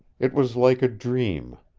it was like a dream.